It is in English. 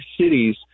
cities